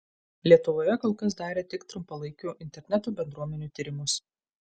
lietuvoje kol kas darė tik trumpalaikių interneto bendruomenių tyrimus